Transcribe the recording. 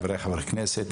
חבריי חברי הכנסת,